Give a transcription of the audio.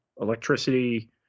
electricity